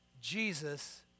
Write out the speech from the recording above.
Jesus